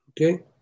Okay